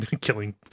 Killing